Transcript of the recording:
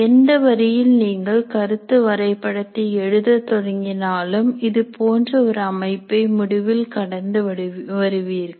எந்த வரியில் நீங்கள் கருத்து வரைபடத்தை எழுதத் தொடங்கினாலும் இது போன்ற ஒரு அமைப்பை முடிவில் கடந்து வருவீர்கள்